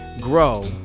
Grow